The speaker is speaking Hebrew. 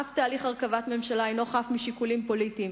אף תהליך הרכבת ממשלה אינו חף משיקולים פוליטיים,